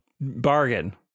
Bargain